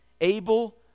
Abel